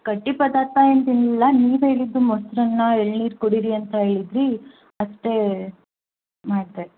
ಗಟ್ಟಿ ಪದಾರ್ಥ ಏನು ತಿನ್ನಲಿಲ್ಲ ನೀವು ಹೇಳಿದ್ದು ಮೊಸರನ್ನ ಎಳ್ನೀರು ಕುಡೀರಿ ಅಂತ ಹೇಳಿದ್ರಿ ಅಷ್ಟೇ ಮಾಡಿದೆ